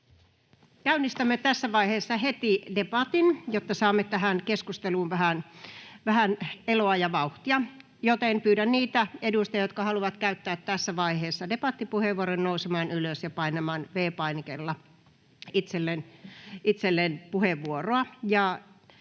Käynnistämme heti tässä vaiheessa debatin, jotta saamme tähän keskusteluun vähän eloa ja vauhtia, joten pyydän niitä edustajia, jotka haluavat käyttää tässä vaiheessa debattipuheenvuoron, nousemaan ylös ja painamaan V-painikkeella itselleen puheenvuoroa.